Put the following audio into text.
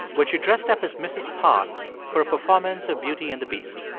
when she dressed up as mrs. potts for a performance of beauty and the beast.